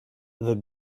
the